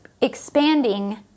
expanding